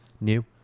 new